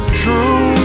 true